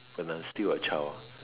when I'm still a child